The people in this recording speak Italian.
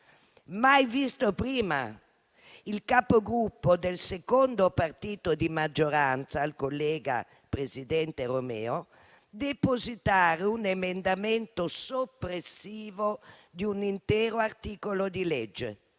Mai visto prima il capogruppo del secondo partito di maggioranza, il collega presidente Romeo, depositare un emendamento soppressivo di un intero articolo di legge.